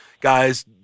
guys